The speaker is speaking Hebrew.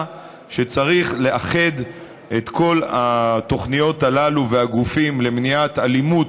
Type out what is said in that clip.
שצריך לאחד את כל התוכניות הללו והגופים למניעת אלימות,